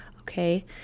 okay